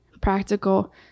practical